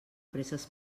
presses